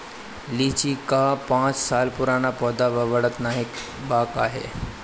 लीची क पांच साल पुराना पौधा बा बढ़त नाहीं बा काहे?